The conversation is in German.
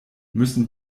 müssen